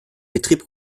betrieb